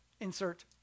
Insert